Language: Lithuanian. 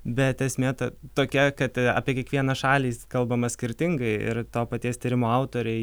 bet esmė ta tokia kad apie kiekvieną šalį kalbama skirtingai ir to paties tyrimo autoriai